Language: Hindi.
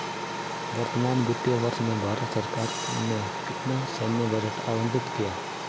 वर्तमान वित्तीय वर्ष में भारत सरकार ने कितना सैन्य बजट आवंटित किया?